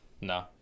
No